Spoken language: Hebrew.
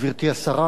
גברתי השרה,